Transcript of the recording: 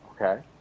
okay